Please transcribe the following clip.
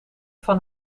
van